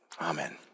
Amen